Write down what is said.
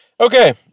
Okay